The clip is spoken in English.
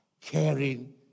caring